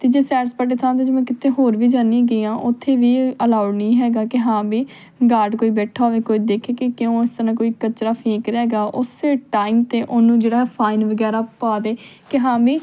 ਅਤੇ ਜੇ ਸੈਰ ਸਪਾਟੇ ਦੀ ਥਾਂ 'ਤੇ ਜਿਵੇਂ ਕਿਤੇ ਹੋਰ ਵੀ ਜਾਂਦੀ ਹੈਗੀ ਆ ਉੱਥੇ ਵੀ ਅਲਾਊਡ ਨਹੀਂ ਹੈਗਾ ਕਿ ਹਾਂ ਵੀ ਗਾਰਡ ਕੋਈ ਬੈਠਾ ਹੋਵੇ ਕੋਈ ਦੇਖੇ ਕਿ ਕਿਉਂ ਇਸ ਤਰ੍ਹਾਂ ਕੋਈ ਕਚਰਾ ਫੇਂਕ ਰਿਹਾ ਹੈਗਾ ਉਸੇ ਟਾਈਮ 'ਤੇ ਉਹਨੂੰ ਜਿਹੜਾ ਫਾਈਨ ਵਗੈਰਾ ਪਾ ਦੇ ਕਿ ਹਾਂ ਬਾਈ